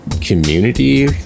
Community